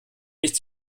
nicht